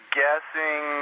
guessing